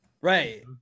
Right